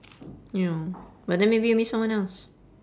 ya but then maybe you'll meet someone else